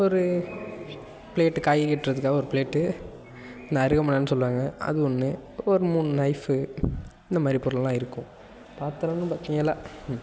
ஒரு ப்ளேட்டு காய் வெட்டுறதுக்காக ஒரு ப்ளேட்டு இந்த அருகாமனைன்னு சொல்லுவாங்க அது ஒன்று ஒரு மூணு நைஃப்பு இந்த மாதிரி பொருள் எல்லாம் இருக்கும் பாத்திரம்னு பார்த்தீங்களா